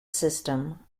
system